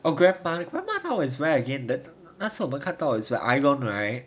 oh grandma grandma now is where again 那次我们看到 is at ion right